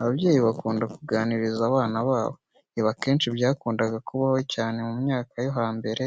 Ababyeyi bakunda kuganiriza abana babo. Ibi akenshi byakundaga kubaho cyane mu myaka yo hambere.